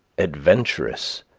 adventurous,